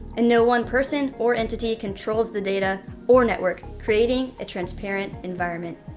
and no one person or entity controls the data or network, creating a transparent environment.